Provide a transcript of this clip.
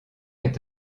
est